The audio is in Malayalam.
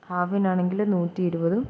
ഹാഫിനാണങ്കില് നൂറ്റി ഇരുപതും